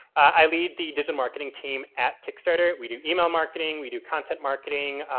i lead the digital marketing team at kickstarter. we do email marketing, we do content marketing,